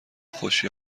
خوشی